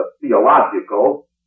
theological